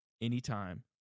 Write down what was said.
anytime